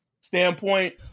standpoint